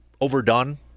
overdone